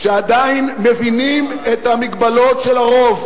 שעדיין מבינים את המגבלות של הרוב,